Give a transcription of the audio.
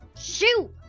Shoot